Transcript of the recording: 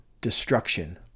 destruction